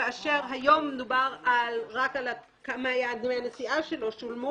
כאשר היום מדובר רק על דמי הנסיעה שלא שולמו,